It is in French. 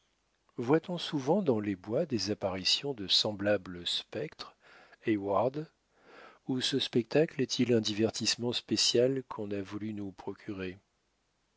voit-on souvent dans les bois des apparitions de semblables spectres heyward ou ce spectacle est-il un divertissement spécial qu'on a voulu nous procurer